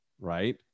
right